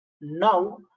Now